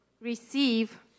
receive